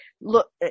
look